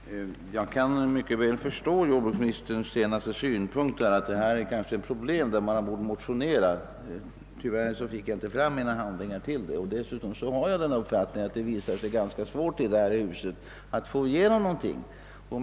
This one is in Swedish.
Herr talman! Jag kan mycket väl förstå jordbruksministerns senast uttalade synpunkt, att man kanske hade bort motionera i denna fråga, men tyvärr hann jag inte få fram handlingarna så att jag kunde göra det. Dessutom hyser jag den uppfattningen, att det i detta hus oftast är ganska svårt att få igenom några motionsförslag.